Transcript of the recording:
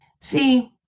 See